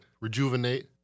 rejuvenate